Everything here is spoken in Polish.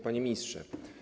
Panie Ministrze!